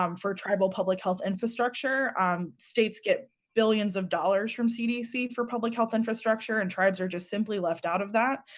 um for tribal public health infrastructure um states get billions of dollars from cdc for public health infrastructure, and tribes are just simply left out of that.